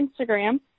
Instagram